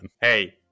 Hey